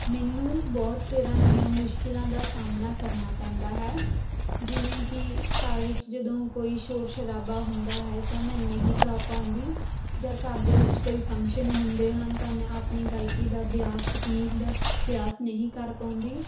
ਮੈਨੂੰ ਬਹੁਤ ਤਰ੍ਹਾਂ ਦੀਆਂ ਮੁਸ਼ਕਿਲਾਂ ਦਾ ਸਾਹਮਣਾ ਕਰਨਾ ਪੈਂਦਾ ਹੈ ਜਿਵੇਂ ਕਿ ਘਰ ਵਿੱਚ ਜਦੋਂ ਕੋਈ ਸ਼ੋਰ ਸ਼ਰਾਬਾ ਹੁੰਦਾ ਹੈ ਤਾਂ ਮੈਂ ਨਹੀਂ ਗਾ ਪਾਉਂਦੀ ਜਾਂ ਘਰ ਦੇ ਵਿੱਚ ਕੋਈ ਫੰਕਸ਼ਨ ਹੁੰਦੇ ਹਨ ਤਾਂ ਮੈਂ ਆਪਣੀ ਗਾਇਕੀ ਦਾ ਅਭਿਆਸ ਤਕਨੀਕ ਦਾ ਅਭਿਆਸ ਨਹੀਂ ਕਰ ਪਾਉਂਦੀ